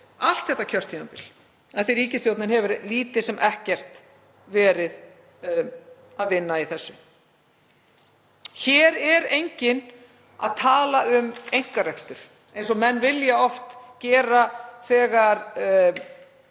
allt þetta kjörtímabil af því að ríkisstjórnin hefur lítið sem ekkert verið að vinna í þessu. Hér er enginn að tala um einkarekstur eins og menn vilja oft halda